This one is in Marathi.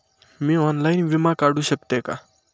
मी ऑनलाइन विमा काढू शकते का?